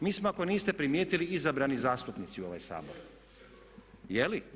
Mi smo ako niste primijetili izabrani zastupnici u ovaj Sabor. … [[Upadica sa strane, ne razumije se.]] Je li?